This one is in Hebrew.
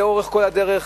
לאורך כל הדרך,